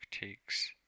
takes